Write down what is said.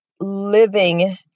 living